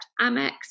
Amex